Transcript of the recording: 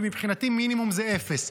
ומבחינתי מינימום זה אפס.